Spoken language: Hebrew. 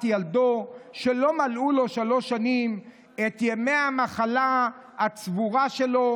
ילדו שלא מלאו לו שלוש שנים את ימי המחלה הצבורה שלו,